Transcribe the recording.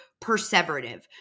perseverative